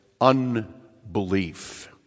unbelief